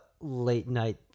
late-night